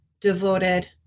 devoted